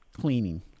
cleaning